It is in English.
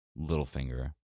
Littlefinger